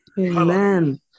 Amen